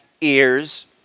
ears